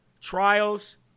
trials